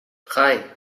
drei